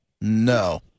No